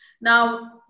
Now